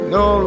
no